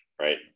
right